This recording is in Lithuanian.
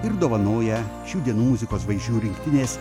ir dovanoja šių dienų muzikos žvaigždžių rinktinės